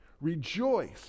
rejoice